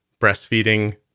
breastfeeding